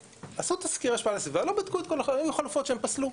ועשו תזכיר השפעה על הסביבה ולא בדקו את כל החלופות שהם פסלו,